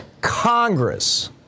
Congress